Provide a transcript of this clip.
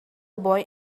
boy